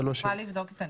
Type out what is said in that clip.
אני צריכה לבדוק את הנתונים.